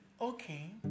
okay